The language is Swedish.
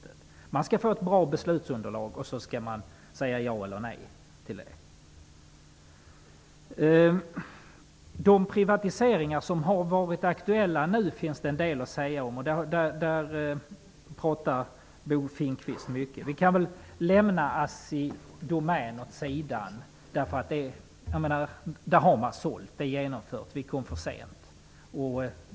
Det skall finnas ett bra beslutsunderlag, och sedan skall man säga ja eller nej. Det finns en del att säga om de privatiseringar som har varit aktuella. Bo Finnkvist talade mycket om dem. Vi kan lämna Assidomän åt sedan. Det bolaget har man redan sålt. Affären är genomförd. Vi kom för sent.